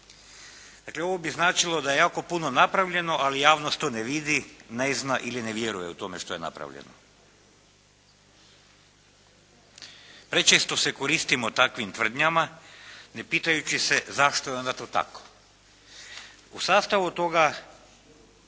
Dakle, ovo bi značilo da je jako puno napravljeno, ali javnost to ne vidi, ne zna ili ne vjeruje u to što je napravljeno. Prečesto se koristimo takvim tvrdnjama ne pitajući se zašto je onda to tako. U sastavu toga